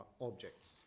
objects